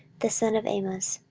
the son of amoz,